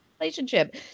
relationship